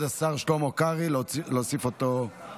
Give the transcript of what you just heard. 29, אין מתנגדים, אין נמנעים.